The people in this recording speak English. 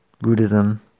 Buddhism